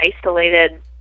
isolated